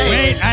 Wait